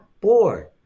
board